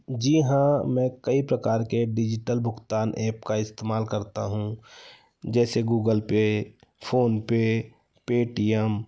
जी हाँ मैं कई प्रकार के डिजिटल भुगतान ऐप का इस्तेमाल करता हूँ जैसे गूगल पे फोनपे पेटीएम